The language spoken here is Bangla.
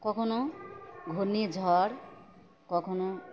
কখনও ঘূর্ণি ঝড় কখনও